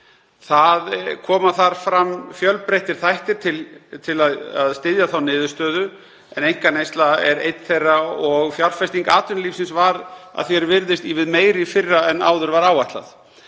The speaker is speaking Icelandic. Þar koma fram fjölbreyttir þættir sem styðja þá niðurstöðu en einkaneysla er einn þeirra og fjárfesting atvinnulífsins var að því er virðist ívið meiri í fyrra en áður var áætlað.